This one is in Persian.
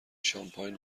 شانپاین